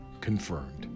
confirmed